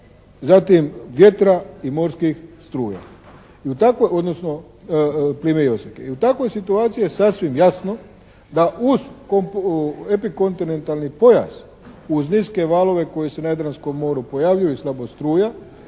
zatim vjetra i morskih struja, odnosno plime i oseke. I u takvoj situaciji je sasvim jasno da uz epikontinentalni pojas, uz niske valove koji se na Jadranskom moru pojavljuju i slabo struja,